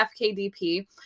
fkdp